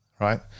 Right